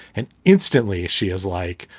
and instantly she is like,